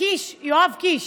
יואב קיש,